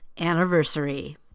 anniversary